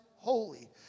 holy